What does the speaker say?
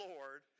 Lord